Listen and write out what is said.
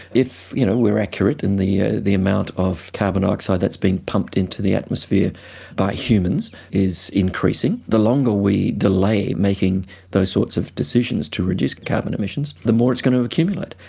if you know we're accurate in the ah the amount of carbon dioxide that's being pumped into the atmosphere by humans is increasing, the longer we delay making those sorts of decisions to reduce carbon emissions, the more it's going to accumulate,